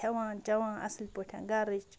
کھیٚوان چٮ۪وان اَصٕل پٲٹھۍ گَرٕچ